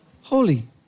holy